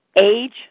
age